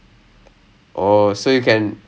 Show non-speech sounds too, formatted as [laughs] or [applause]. [laughs]